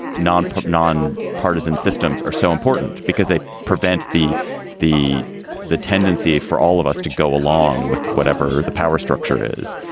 non non partisan systems are so important because they prevent the the the tendency for all of us to go along with whatever the power structure is